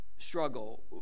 Struggle